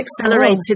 accelerated